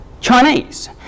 Chinese